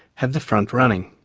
have the front running.